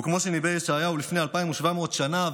וכמו שניבא ישעיהו לפני 2,700 שנה,